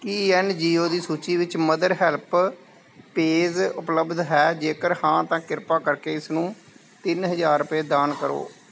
ਕੀ N G O ਦੀ ਸੂਚੀ ਵਿੱਚ ਮਦਰ ਹੈਲਪੇਜ ਉਪਲੱਬਧ ਹੈ ਜੇਕਰ ਹਾਂ ਤਾਂ ਕਿਰਪਾ ਕਰਕੇ ਇਸ ਨੂੰ ਤਿੰਨ ਹਜ਼ਾਰ ਰੁਪਏ ਦਾਨ ਕਰੋ